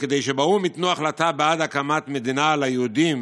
שכדי שבאו"ם ייתנו החלטה בעד הקמת מדינה ליהודים